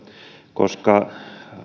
koska